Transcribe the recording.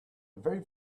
very